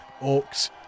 Orcs